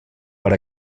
per